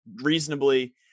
reasonably